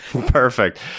Perfect